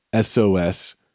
SOS